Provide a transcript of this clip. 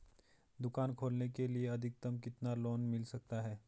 दुकान खोलने के लिए अधिकतम कितना लोन मिल सकता है?